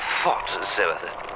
whatsoever